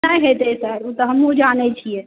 नहि हेतै सर ओ तऽ हमहुँ जानै छियै